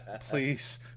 please